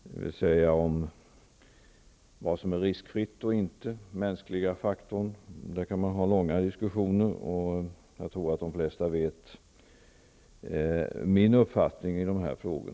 Man kan ha långa diskussioner om vad som är riskfritt eller inte, om den mänskliga faktorn osv., men jag tror att de flesta vet min uppfattning i dessa frågor.